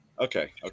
Okay